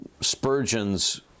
Spurgeon's